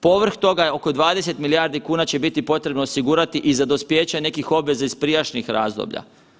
Povrh toga, oko 20 milijardi kuna će biti potrebno osigurati i za dospijeće nekih obveza iz prijašnjih razdoblja.